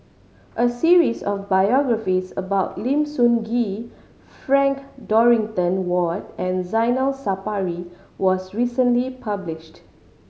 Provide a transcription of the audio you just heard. a series of biographies about Lim Sun Gee Frank Dorrington Ward and Zainal Sapari was recently published